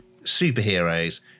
superheroes